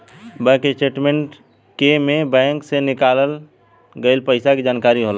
bank statement के में bank से निकाल गइल पइसा के जानकारी होला